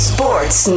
Sports